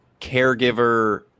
caregiver